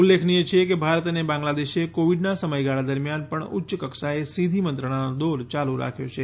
ઉલ્લેખનિય છે કે ભારત અને બાંગ્લાદેશે કોવિડના સમયગાળા દરમિયાન પણ ઉચ્ચકક્ષાએ સીધી મંત્રણાનો દોર યાલુ રાખ્યો છે